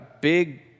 big